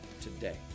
today